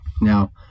Now